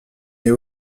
mais